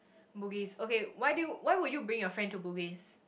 Bugis okay why do why would you bring your friend to Bugis